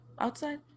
outside